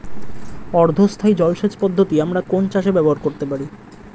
অর্ধ স্থায়ী জলসেচ পদ্ধতি আমরা কোন চাষে ব্যবহার করতে পারি?